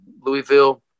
louisville